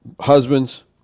husbands